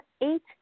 eight